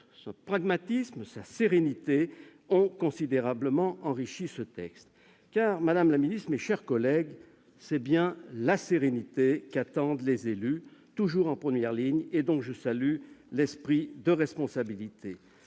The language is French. son pragmatisme, sa sérénité ont permis d'enrichir considérablement ce texte. En effet, madame la ministre, mes chers collègues, c'est bien de la sérénité qu'attendent les élus, toujours en première ligne et dont je salue l'esprit de responsabilité.